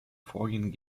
vorgehen